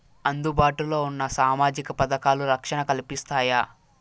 అందుబాటు లో ఉన్న సామాజిక పథకాలు, రక్షణ కల్పిస్తాయా?